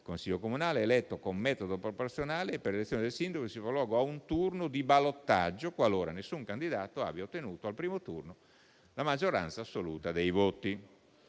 il Consiglio comunale è eletto con metodo proporzionale e per l'elezione del sindaco simbolo si dà luogo a un turno di ballottaggio, qualora nessun candidato abbia ottenuto al primo turno la maggioranza assoluta dei voti.